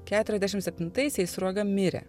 keturiadešim septintaisiais sruoga mirė